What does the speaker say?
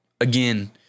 Again